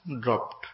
dropped